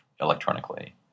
electronically